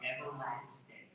everlasting